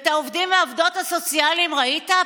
את העובדים והעובדות הסוציאליים ראית?